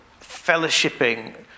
fellowshipping